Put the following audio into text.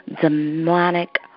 demonic